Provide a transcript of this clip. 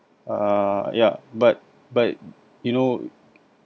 uh ya but but you know